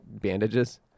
bandages